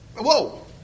Whoa